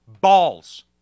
balls